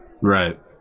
Right